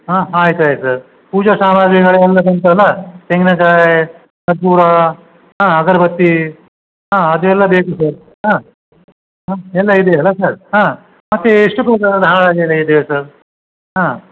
ಹಾಂ ಆಯ್ತು ಆಯ್ತು ಸರ್ ಪೂಜಾ ಸಾಮಾಗ್ರಿಗಳೆಲ್ಲ ಉಂಟಲ್ಲ ತೆಂಗಿನಕಾಯ್ ಕರ್ಪೂರ ಹಾಂ ಅಗರ್ಬತ್ತಿ ಹಾಂ ಅದೆಲ್ಲ ಬೇಕು ಸರ್ ಹಾಂ ಹ್ಞೂ ಎಲ್ಲ ಇದೆಯಲ್ಲ ಸರ್ ಹಾಂ ಮತ್ತು ಎಷ್ಟು ತೂಕದ ಹಾರ ಎಲ್ಲ ಇದೆ ಸರ್ ಹಾಂ